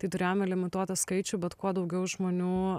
tai turėjome limituotą skaičių bet kuo daugiau žmonių